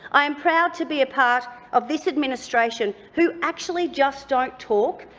i am proud to be a part of this administration who actually just don't talk,